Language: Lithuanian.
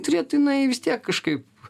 turėtų jinai vis tiek kažkaip